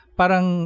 parang